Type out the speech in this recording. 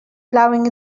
plowing